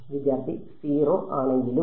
വിദ്യാർത്ഥി 0 ആണെങ്കിലും